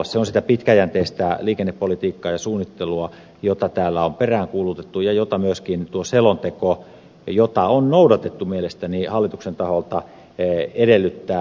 se on sitä pitkäjänteistä liikennepolitiikkaa ja suunnittelua jota täällä on peräänkuulutettu ja jota myöskin tuo selonteko jota on mielestäni noudatettu hallituksen taholta edellyttää